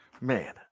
Man